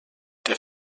der